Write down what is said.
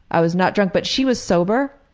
i was not drunk, but she was sober,